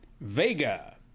Vega